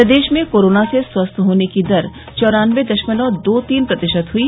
प्रदेश में कोरोना से स्वस्थ होने की दर चौरानबे दशमलव दो तीन प्रतिशत हुई